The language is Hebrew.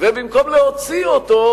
ובמקום להוציא אותו